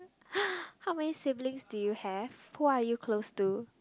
how many siblings do you have who are you close to